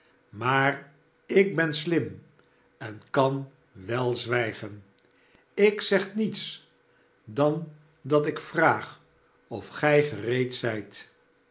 maar ik ben slim en kan wel zwijgen ik zeg niets dan dat ik vraag of gij gereed zijt